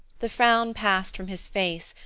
the frown passed from his face,